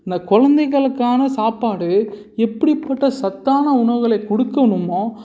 இந்த கொழந்தைகளுக்கான சாப்பாடு எப்படிப்பட்ட சத்தான உணவுகளை கொடுக்கணுமோ